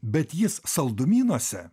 bet jis saldumynuose